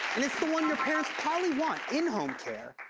and it's the one your parents probably want, in-home care,